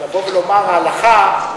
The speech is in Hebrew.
אבל לבוא ולומר: ההלכה,